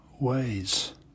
ways